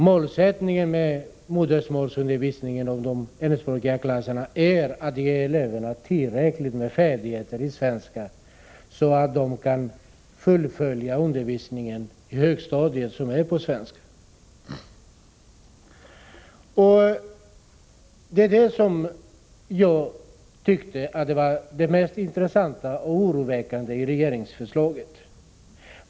Målsättningen med modersmålsundervisningen i hemspråksklasserna är att ge eleverna tillräckliga kunskaper i svenska så att de kan fullfölja undervisningen på högstadiet, som bedrivs på svenska. Det är detta som jag tycker är det mest intressanta och det mest oroväckande i regeringsförslaget.